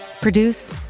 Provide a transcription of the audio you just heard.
Produced